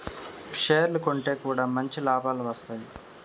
షేర్లు కొంటె కూడా మంచి లాభాలు వత్తాయి